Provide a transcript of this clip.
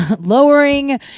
lowering